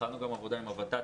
התחלנו גם עבודה עם הוות"ת,